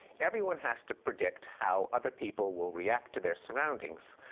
everyone has to predict how other people will react to their surroundings.